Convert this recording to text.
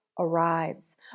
Arrives